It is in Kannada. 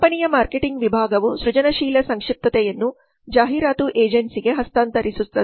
ಕಂಪನಿಯ ಮಾರ್ಕೆಟಿಂಗ್ ವಿಭಾಗವು ಸೃಜನಶೀಲ ಸಂಕ್ಷಿಪ್ತತೆಯನ್ನು ಜಾಹೀರಾತು ಏಜೆನ್ಸಿಗೆ ಹಸ್ತಾಂತರಿಸುತ್ತದೆ